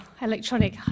electronic